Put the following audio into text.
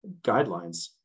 guidelines